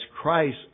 Christ